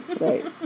right